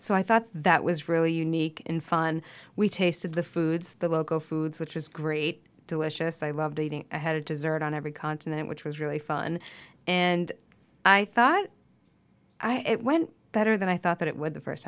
so i thought that was really unique in fun we tasted the foods the local foods which was great delicious i loved reading ahead of dessert on every continent which was really fun and i thought it went better than i thought it would the first